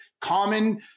common